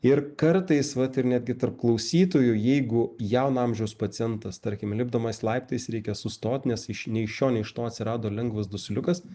ir kartais vat ir netgi tarp klausytojų jeigu jauno amžiaus pacientas tarkim lipdamas laiptais reikia sustot nes iš nei iš šio nei iš to atsirado lengvas dusliukas